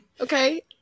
okay